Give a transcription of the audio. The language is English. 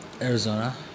Arizona